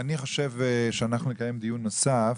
לכן אני חושב שאנחנו נקיים דיון נוסף.